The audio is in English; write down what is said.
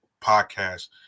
podcast